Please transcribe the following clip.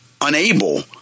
unable